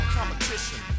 competition